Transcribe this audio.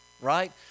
right